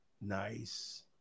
nice